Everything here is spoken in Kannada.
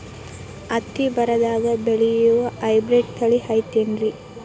ಹತ್ತಿ ಬರದಾಗ ಬೆಳೆಯೋ ಹೈಬ್ರಿಡ್ ತಳಿ ಐತಿ ಏನ್ರಿ?